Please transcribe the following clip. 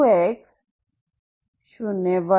0y0 ux